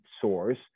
source